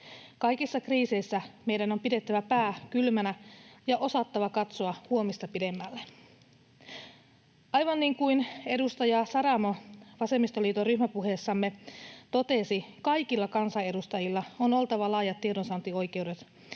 Kaikissa kriiseissä meidän on pidettävä pää kylmänä ja osattava katsoa huomista pidemmälle. Aivan niin kuin edustaja Saramo vasemmistoliiton ryhmäpuheessamme totesi, kaikilla kansanedustajilla on oltava laajat tiedonsaantioikeudet,